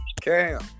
Cam